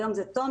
היום זה תומר,